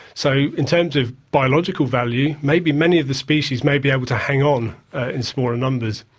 so in terms of biological value, maybe many of the species may be able to hang on in smaller numbers.